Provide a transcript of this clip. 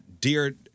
dear